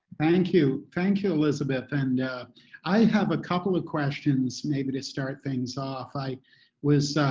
thank you. thank you, elizabeth. and i have a couple of questions maybe to start things off. i was